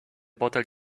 bottle